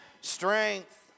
strength